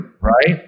right